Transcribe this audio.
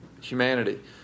humanity